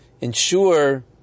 ensure